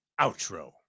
Outro